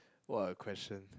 what a question